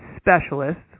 specialists